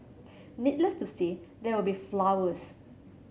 needless to say there will be flowers